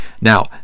Now